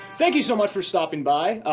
thank you so much for stopping by.